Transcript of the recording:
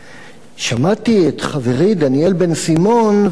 שמעתי את חברי דניאל בן-סימון וחשבתי: